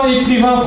écrivain